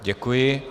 Děkuji.